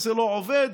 זה לא עובד,